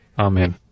Amen